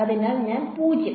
അതിനാൽ ഞാൻ 0